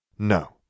No